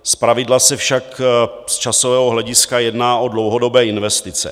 Zpravidla se však z časového hlediska jedná o dlouhodobé investice.